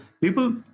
people